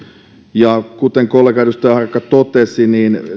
ja kuten kollega edustaja harakka totesi